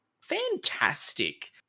fantastic